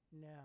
now